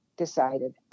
decided